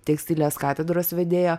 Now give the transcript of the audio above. tekstilės katedros vedėja